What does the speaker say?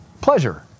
pleasure